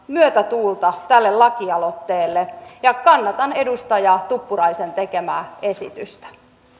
myötätuulta tälle lakialoitteelle ja kannatan edustaja tuppuraisen tekemää esitystä